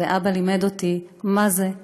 ואבא לימד אותי מה זאת ציונות.